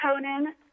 Conan